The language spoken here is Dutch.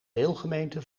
deelgemeente